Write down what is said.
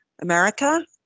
America